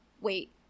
Wait